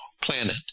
planet